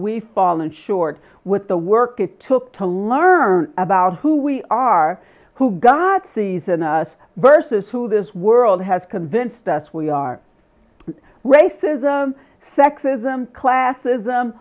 we fallen short with the work it took to learn about who we are who got season us versus who this world has convinced us we are racism sexism class